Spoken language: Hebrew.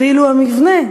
ואילו המבנה,